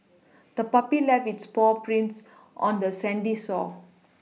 the puppy left its paw prints on the sandy shore